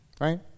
Right